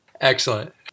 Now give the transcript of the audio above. Excellent